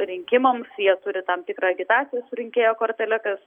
rinkimams jie turi tam tikrą agitacijos rinkėjo korteles